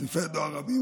סניפי דואר רבים,